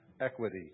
equity